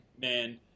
man